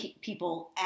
people